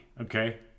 Okay